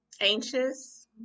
anxious